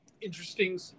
interesting